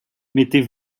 mettez